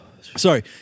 Sorry